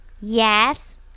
Yes